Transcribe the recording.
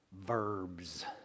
verbs